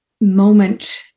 moment